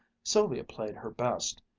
sylvia played her best,